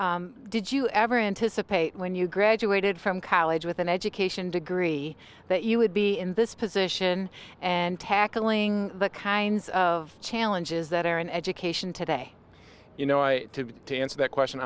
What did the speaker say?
and did you ever anticipate when you graduated from college with an education degree that you would be in this position and tackling the kinds of challenges that are in education today you know i to answer that question